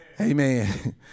Amen